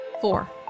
Four